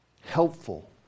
helpful